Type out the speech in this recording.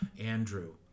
Andrew